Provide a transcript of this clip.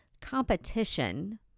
competition